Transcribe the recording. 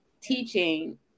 teaching